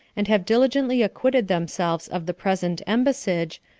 and have diligently acquitted themselves of the present embassage,